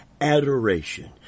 adoration